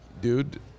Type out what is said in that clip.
dude